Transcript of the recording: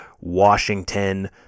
Washington